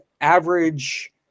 average